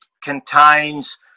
contains